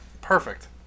Perfect